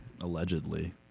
allegedly